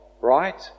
right